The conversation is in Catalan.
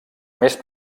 més